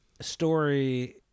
story